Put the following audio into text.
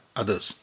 others